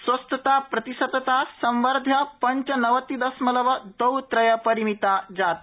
स्वस्थताप्रतिशतता संवर्ध्य पंचनवति दशमलव द्वौ त्रयपरिमिता जाता